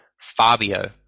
Fabio